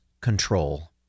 control